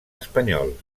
espanyols